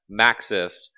Maxis